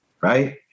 Right